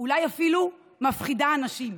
אולי אפילו מפחידה אנשים.